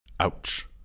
Ouch